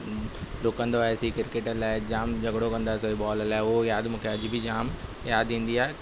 ॾुकंदा हुआसीं क्रिकेट लाए जाम झगड़ो कंदा आसे बॉल लाइ उहो यादि मूंखे अॼ बि जाम यादि ईंदी आहे